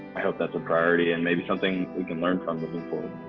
hope that's a priority and maybe something we can learn from the people.